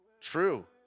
True